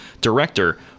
director